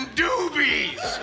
doobies